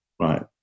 Right